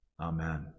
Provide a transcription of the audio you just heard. Amen